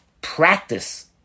practice